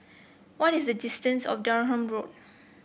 what is the distance of Durham Road